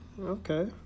okay